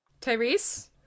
Tyrese